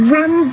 one